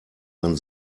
man